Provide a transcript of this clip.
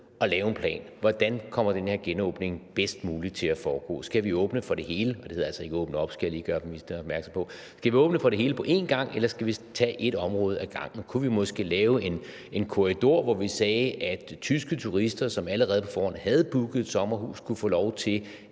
og lave en plan for, hvordan den her genåbning bedst muligt kommer til at foregå? Skal vi åbne for det hele på en gang – og jeg skal lige gøre ministeren opmærksom på, at det altså ikke hedder åbne op – eller skal vi tage et område ad gangen? Kunne vi måske lave en korridor, hvor vi sagde, at tyske turister, som allerede på forhånd har booket et sommerhus, kunne få lov til